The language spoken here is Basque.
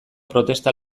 protesta